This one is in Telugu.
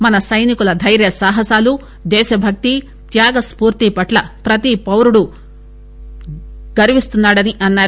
మన సైనికుల దైర్య సాహసాలు దేశభక్తి త్యాగ స్పూర్తి పట్ల ప్రతి పౌరుడు గర్విస్తున్నారని అన్నారు